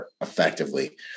Effectively